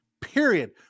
period